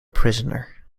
prisoner